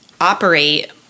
operate